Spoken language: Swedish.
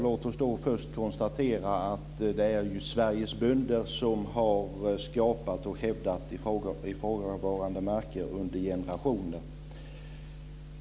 Låt oss då först konstatera att det är Sveriges bönder som har skapat och hävdat ifrågavarande marker under generationer.